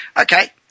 okay